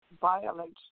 violates